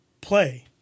play